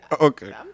Okay